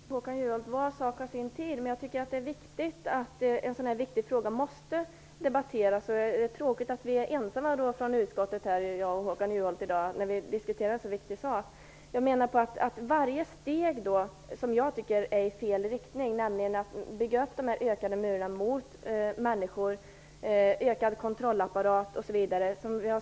Fru talman! Ja, Håkan Juholt, var sak har sin tid. Men jag tycker att det här är viktigt och att en sådan här viktig fråga måste debatteras. Det är tråkigt att jag och Håkan Juholt är ensamma från utskottet här i dag när vi diskuterar en sådan här viktig sak. Vi har den senaste tiden sett många exempel på steg i vad jag tycker är fel riktning - ökade murar mot människor, ökad kontrollapparat osv. Vi går